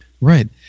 Right